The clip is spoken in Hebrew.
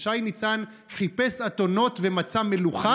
ששי ניצן חיפש אתונות ומצא מלוכה?